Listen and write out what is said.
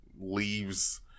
leaves